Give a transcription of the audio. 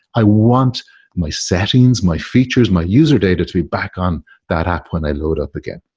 i want my settings, my features, my user data to be back on that app when i load up again.